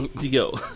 Yo